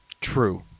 True